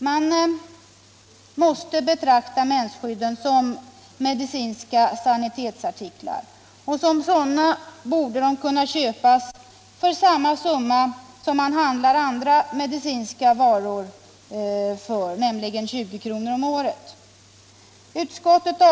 Mensskydden måste betraktas som medicinska sanitetsartiklar, och som sådana borde de kunna köpas för samma summa som man handlar andra medicinska varor för, nämligen 20 kr. om året.